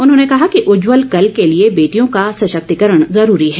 उन्होंने कहा कि उज्जवल कल के लिए बेटियों का सशक्तिकरण आवश्यक है